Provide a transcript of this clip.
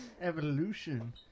Evolution